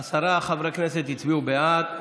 עשרה חברי כנסת הצביעו בעד,